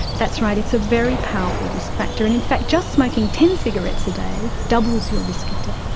that's right, it's a very powerful risk factor. and in fact just smoking ten cigarettes a day doubles your risk of death.